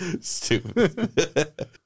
Stupid